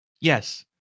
Yes